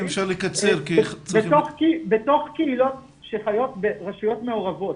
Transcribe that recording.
בתוך קהילות שחיות ברשויות מעורבות,